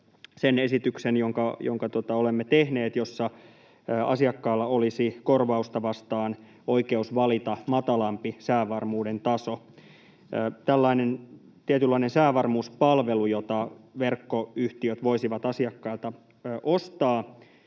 sen esityksen, jonka olemme tehneet, jossa asiakkaalla olisi korvausta vastaan oikeus valita matalampi säävarmuuden taso. Tällainen tietynlainen säävarmuuspalvelu, jota verkkoyhtiöt voisivat asiakkailta ostaa,